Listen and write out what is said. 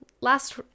last